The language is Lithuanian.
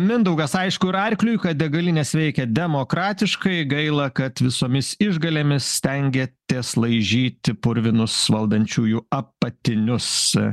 mindaugas aišku ir arkliui kad degalinės veikia demokratiškai gaila kad visomis išgalėmis stengiatės laižyti purvinus valdančiųjų apatinius